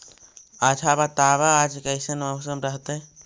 आच्छा बताब आज कैसन मौसम रहतैय?